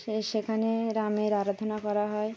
সে সেখানে রামের আরাধনা করা হয়